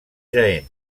jaén